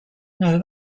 now